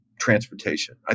transportation